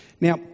Now